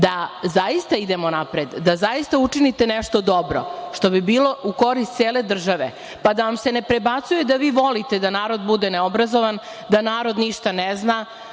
da zaista idemo napred, da zaista učinite nešto dobro, što bi bilo u korist cele države, pa da vam se ne prebacuje da vi volite da narod bude neobrazovan, da narod ništa ne zna,